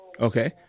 Okay